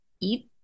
eat